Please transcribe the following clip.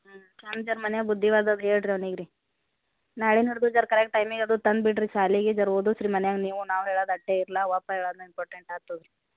ಹ್ಞೂ ಅವ್ನ್ಗೆ ಜರ ಮನೆಯಾಗ ಬುದ್ಧಿವಾದ ಹೇಳಿರಿ ಅವ್ನಿಗೆ ರೀ ನಾಳೆ ನಾಡಿದ್ದು ಜರ ಕರೆಕ್ಟ್ ಟೈಮಿಗೆ ಅದು ತಂದು ಬಿಡಿರಿ ಸಾಲೆಗೆ ಜರ ಓದಿಸ್ರಿ ಮನ್ಯಾಗ ನೀವು ನಾವು ಹೇಳೋದು ಅಷ್ಟೆ ಇರಲ್ಲ ಒಬ್ಬ ಹೇಳೋದು ಇಂಪಾರ್ಟೆಂಟ್ ಆಯ್ತು